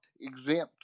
exempt